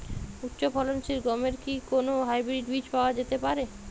উচ্চ ফলনশীল গমের কি কোন হাইব্রীড বীজ পাওয়া যেতে পারে?